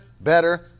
better